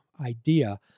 idea